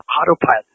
autopilot